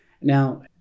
Now